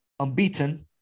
unbeaten